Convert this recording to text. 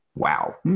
Wow